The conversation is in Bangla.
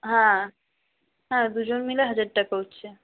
হ্যাঁ হ্যাঁ দুজন মিলে হাজার টাকা হচ্ছে